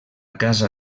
casa